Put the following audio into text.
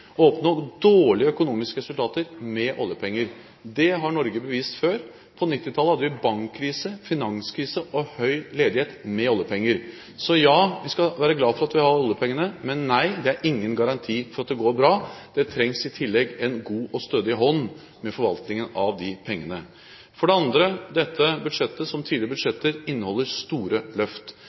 å oppnå dårlige økonomiske resultater med oljepenger. Det har Norge bevist før. På 1990-tallet hadde vi bankkrise, finanskrise og høy ledighet – med oljepenger. Så ja, vi skal være glad for at vi har oljepengene, men nei, det er ingen garanti for at det går bra. Det trengs i tillegg en god og stødig hånd med forvaltningen av de pengene. For det tredje: Dette budsjettet, som tidligere budsjetter, inneholder store løft.